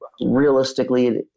Realistically